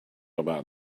about